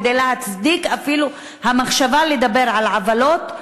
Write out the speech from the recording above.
כדי להצדיק אפילו את המחשבה לדבר על העוולות,